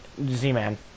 Z-Man